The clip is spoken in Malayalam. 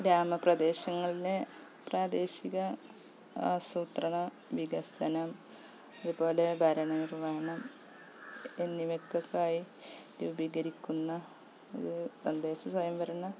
ഗ്രാമ പ്രദേശങ്ങളിലെ പ്രാദേശിക ആസൂത്രണ വികസനം അതുപോലെ ഭരണ നിര്വ്വഹണം എന്നിവയ്ക്കൊക്കെയായി രൂപീകരിക്കുന്ന ഒരു തദ്ദേശ സ്വയംഭരണ